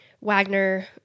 Wagner